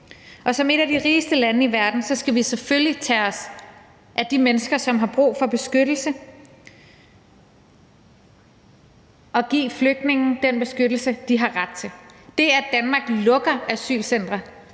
Som et af de rigeste lande i verden skal vi selvfølgelig tage os af de mennesker, som har brug for beskyttelse, og give flygtninge den beskyttelse, de har ret til. Det, at Danmark lukker asylcentre,